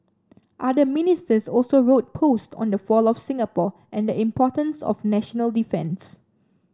other Ministers also wrote posts on the fall of Singapore and the importance of national defence